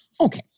Okay